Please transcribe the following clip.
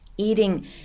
eating